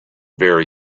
very